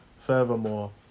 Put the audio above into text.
furthermore